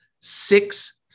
six